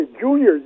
Junior